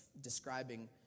describing